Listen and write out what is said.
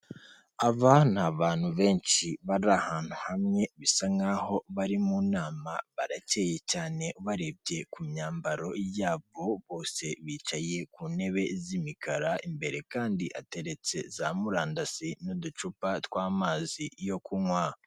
Aba ni abantu benshi bari ahantu hamwe bisa nk'aho bari mu nama, barakeye cyane ubarebye ku myambaro yabo, bose bicaye ku ntebe z'imikara, imbere kandi hateretse za murandasi n'uducupa tw'amazi yo kunywa.